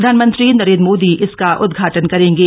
प्रधानमंत्री नरेन्द्र मोदी इसका उद्घाटन करेंगे